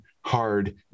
hard